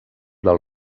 del